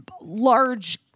large